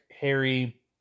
Harry